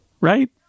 Right